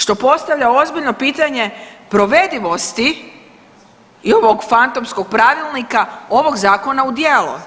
Što postavlja ozbiljno pitanje provedivosti i ovog fantomskog pravilnika ovog zakona u djelo